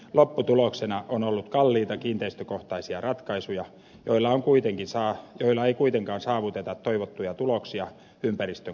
lopputuloksena on ollut kalliita kiinteistökohtaisia ratkaisuja joilla ei kuitenkaan saavuteta toivottuja tuloksia ympäristön kannalta